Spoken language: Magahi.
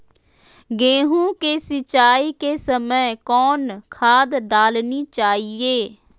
गेंहू के सिंचाई के समय कौन खाद डालनी चाइये?